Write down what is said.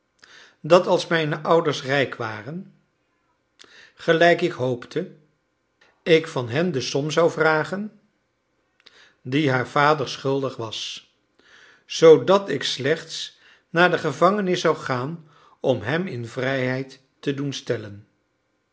dat als mijne ouders rijk waren gelijk ik hoopte ik van hen de som zou vragen die haar vader schuldig was zoodat ik slechts naar de gevangenis zou gaan om hem in vrijheid te doen stellen